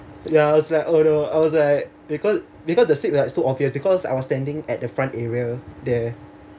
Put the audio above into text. ya I was like oh no I was like because because the slip is like too obvious because I was standing at the front area there